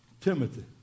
Timothy